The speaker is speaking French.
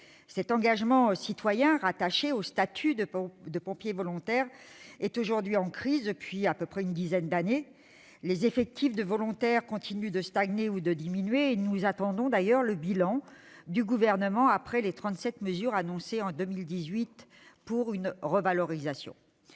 cet engagement citoyen, attaché au statut de pompier volontaire, est aujourd'hui en crise depuis une dizaine d'années. Les effectifs de volontaires continuent de stagner ou de diminuer, et nous attendons le bilan du Gouvernement après les trente-sept mesures de revalorisation